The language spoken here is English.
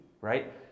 right